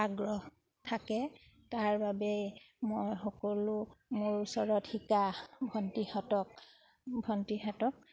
আগ্ৰহ থাকে তাৰ বাবেই মই সকলো মোৰ ওচৰত শিকা ভণ্টিহঁতক ভণ্টিহঁতক